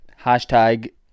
hashtag